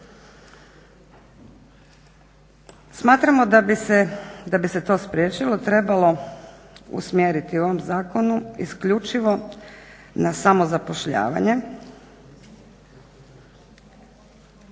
Smatramo da bi se to spriječilo trebalo bi usmjeriti u ovom zakonu isključivo na samozapošljavanje,